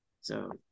So-